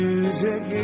Music